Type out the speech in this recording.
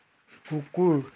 কুকুৰ